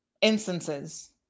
instances